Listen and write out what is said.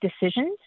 decisions